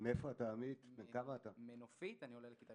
אני מנופית, עולה לכיתה